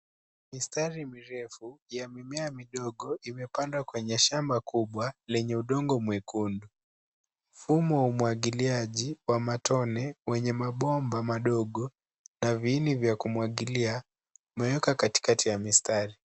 Mistari mirefu ya mimea midogo imepandwa kwenye shamba kubwa lenye udongo mwekundu. Mfumo wa umwagiliaji wa matone wenye mabomba madogo na viini vya kumwagilia imewekwa katikati ya mistari.